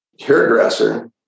hairdresser